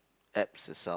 apps itself